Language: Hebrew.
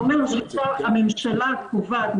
זה אומר שכשהממשלה קובעת,